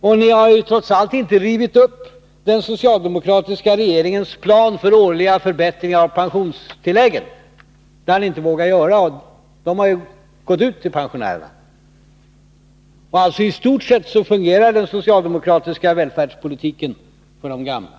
Och ni har trots allt inte rivit upp den socialdemokratiska regeringens plan för en årlig förbättring av pensionstillskotten. Det har ni inte vågat göra. I stort fungerar ännu den socialdemokratiska välfärdspolitiken för de gamla.